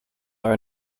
are